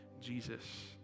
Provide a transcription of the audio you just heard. Jesus